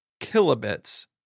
kilobits